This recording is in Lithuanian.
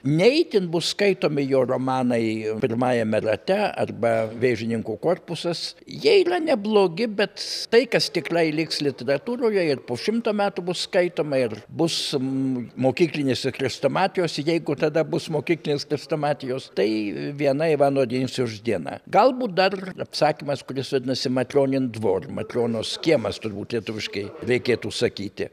ne itin bus skaitomi jo romanai pirmajame rate arba vėžininkų korpusas jie yra neblogi bet tai kas tikrai liks literatūroje ir po šimto metų bus skaitoma ir bus mokyklinėse chrestomatijose jeigu tada bus mokyklinės chrestomatijos tai viena ivano denisovičiaus diena galbūt dar apsakymas kuris vadinasi matrionin dvor matrionos kiemas turbūt lietuviški reikėtų sakyti